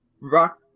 Rock